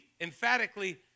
emphatically